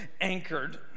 Anchored